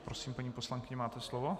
Prosím, paní poslankyně, máte slovo.